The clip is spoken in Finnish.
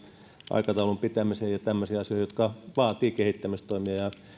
aikataulun pitämiseen ja tämmöisiin asioihin jotka vaativat kehittämistoimia